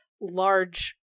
large